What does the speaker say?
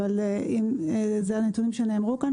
אבל אם אלה הנתונים שנאמרו כאן